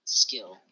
skill